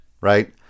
right